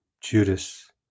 Judas